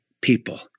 people